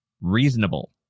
reasonable